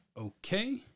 okay